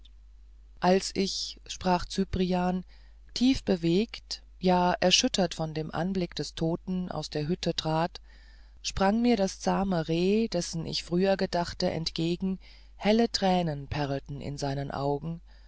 als ich sprach cyprian tief bewegt ja erschüttert von dem anblick des toten aus der hütte trat sprang mir das zahme reh dessen ich früher gedachte entgegen helle tränen perlten in seinen augen